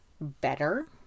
better